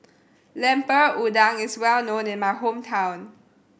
Lemper Udang is well known in my hometown